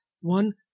one